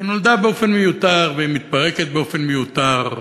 נולדה באופן מיותר ומתפרקת באופן מיותר,